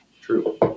True